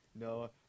No